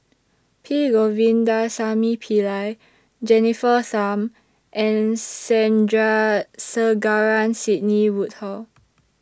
P Govindasamy Pillai Jennifer Tham and Sandrasegaran Sidney Woodhull